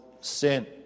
sin